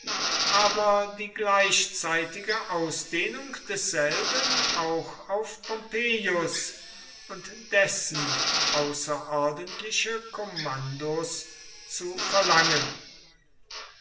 aber die gleichzeitige ausdehnung desselben auch auf pompeius und dessen außerordentliche kommandos zu verlangen